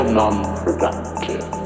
non-productive